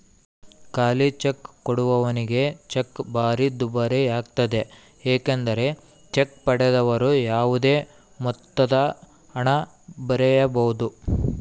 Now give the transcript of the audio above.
ಖಾಲಿಚೆಕ್ ಕೊಡುವವನಿಗೆ ಚೆಕ್ ಭಾರಿ ದುಬಾರಿಯಾಗ್ತತೆ ಏಕೆಂದರೆ ಚೆಕ್ ಪಡೆದವರು ಯಾವುದೇ ಮೊತ್ತದಹಣ ಬರೆಯಬೊದು